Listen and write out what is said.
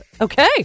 Okay